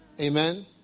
amen